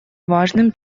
важным